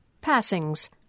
passings